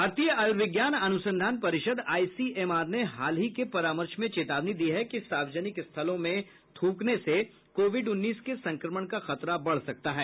भारतीय आयुर्विज्ञान अनुसंधान परिषद आईसीएमआर ने हाल ही के परामर्श में चेतावनी दी है कि सार्वजनिक स्थलों में थ्रकनेसे कोविड उन्नीस के संक्रमण का खतरा बढ़ सकता है